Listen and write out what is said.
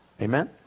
Amen